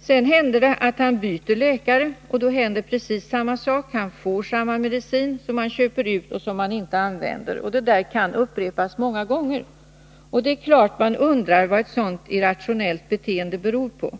Sedan händer det att han byter läkare, och då inträffar samma sak igen. Han får sin medicin, som han köper ut, men inte använder. Detta kan upprepas många gånger. Man undrar naturligtvis vad ett sådant irrationellt beteende beror på.